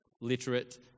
literate